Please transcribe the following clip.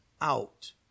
out